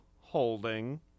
Holding